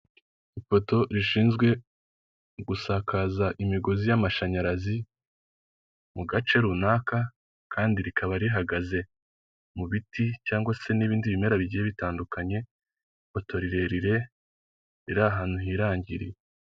Ipoto rishinzwe gusakaza imigozi y'amashanyarazi mu gace runaka, kandi rikaba rihagaze mu biti cyangwa se n'ibindi bimera bigiye bitandukanye, ipoto rirerire, riri ahantu hirangiriye.